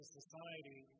society